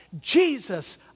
Jesus